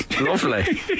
lovely